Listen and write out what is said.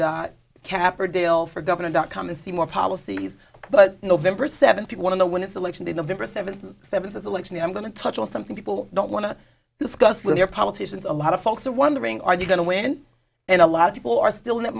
kaffir dale for governor dot com to see more policies but november seventh one of the when it's election day november seventh seventh as election day i'm going to touch on something people don't want to discuss with their politicians a lot of folks are wondering are they going to win and a lot of people are still in that